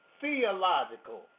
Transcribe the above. theological